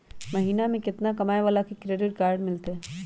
महीना में केतना कमाय वाला के क्रेडिट कार्ड मिलतै?